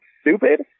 stupid